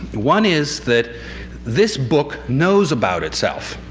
one is that this book knows about itself.